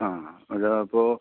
ആ അത് അപ്പോൾ